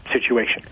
situation